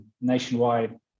nationwide